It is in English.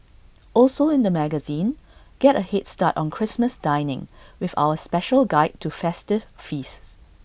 also in the magazine get A Head start on Christmas dining with our special guide to festive feasts